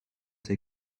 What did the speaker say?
they